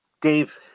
Dave